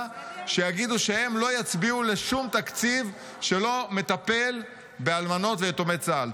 שיגידו שהם לא יצביעו לשום תקציב שלא מטפל באלמנות ויתומי צה"ל.